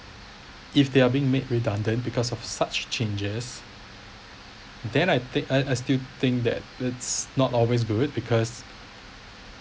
if they are being made redundant because of such changes then I think I I still think that it's not always good because